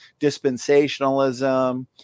dispensationalism